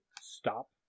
stop